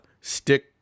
stick